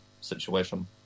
situation